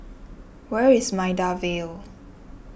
where is Maida Vale